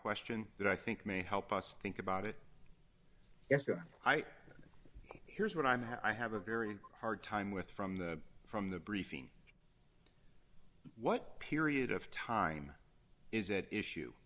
question that i think may help us think about it yesterday i put here's what i'm have i have a very hard time with from the from the briefing what period of time is at issue